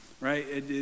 right